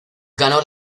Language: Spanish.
ganó